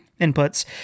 inputs